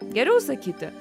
geriau sakyti